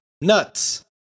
nuts